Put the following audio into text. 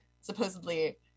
supposedly